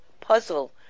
puzzle